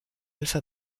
alpha